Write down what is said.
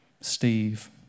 Steve